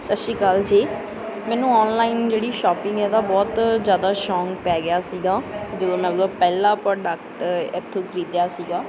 ਸਤਿ ਸ਼੍ਰੀ ਅਕਾਲ ਜੀ ਮੈਨੂੰ ਔਨਲਾਈਨ ਜਿਹੜੀ ਸ਼ੋਪਿੰਗ ਹੈ ਇਹਦਾ ਬਹੁਤ ਜ਼ਿਆਦਾ ਸ਼ੌਕ ਪੈ ਗਿਆ ਸੀਗਾ ਜਦੋਂ ਮੈਂ ਉਹਦਾ ਪਹਿਲਾ ਪ੍ਰੋਡਕਟ ਇੱਥੋਂ ਖਰੀਦਿਆ ਸੀਗਾ